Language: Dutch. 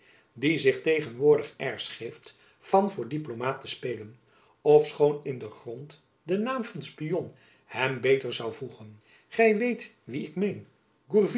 die zich tegenwoordig de airs geeft van voor diplomaat te spelen ofschoon in den grond de naam van spion hem beter zoû voegen gy weet